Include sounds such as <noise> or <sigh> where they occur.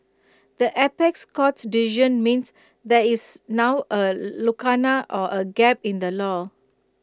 the apex court's decision means that is now A <hesitation> lacuna or A gap in the law